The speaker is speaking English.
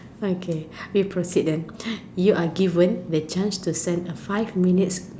okay we proceed then you are given the chance to send a five minutes